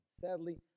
Sadly